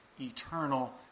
eternal